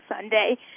Sunday